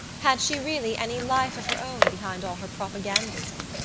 had she really any life of her own behind all her propagandism?